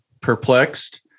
perplexed